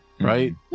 right